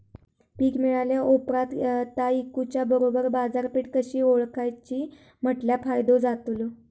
पीक मिळाल्या ऑप्रात ता इकुच्या बरोबर बाजारपेठ कशी ओळखाची म्हटल्या फायदो जातलो?